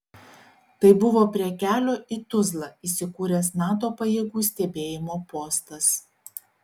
tai buvo prie kelio į tuzlą įsikūręs nato pajėgų stebėjimo postas